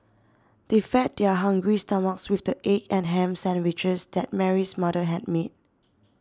they fed their hungry stomachs with the egg and ham sandwiches that Mary's mother had made